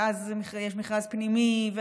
ואז יש מכרז פנימי,